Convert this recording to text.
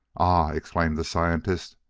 ah, exclaimed the scientist,